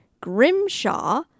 Grimshaw